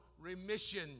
remission